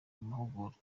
amahugurwa